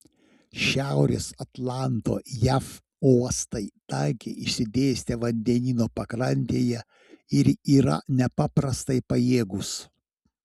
šiaurės atlanto jav uostai tankiai išsidėstę vandenyno pakrantėje ir yra nepaprastai pajėgūs